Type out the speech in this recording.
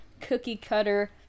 cookie-cutter